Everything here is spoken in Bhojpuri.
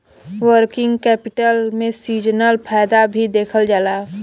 वर्किंग कैपिटल में सीजनल फायदा भी देखल जाला